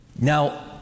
Now